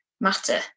matter